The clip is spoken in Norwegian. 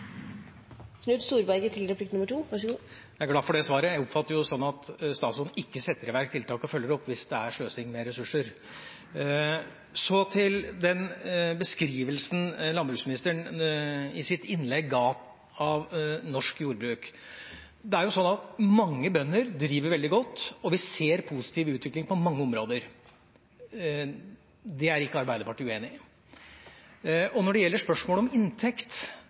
Jeg er glad for det svaret. Jeg oppfatter det sånn at statsråden ikke setter i verk tiltak og følger opp hvis det er sløsing med ressurser. Så til den beskrivelsen landbruksministeren i sitt innlegg ga av norsk jordbruk. Det er jo sånn at mange bønder driver veldig godt, og vi ser positiv utvikling på mange områder. Det er ikke Arbeiderpartiet uenig i. Når det gjelder spørsmål om inntekt,